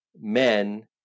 men